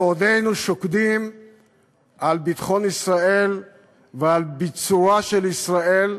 בעודנו שוקדים על ביטחון ישראל ועל ביצורה של ישראל,